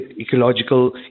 ecological